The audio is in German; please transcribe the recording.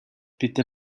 bitte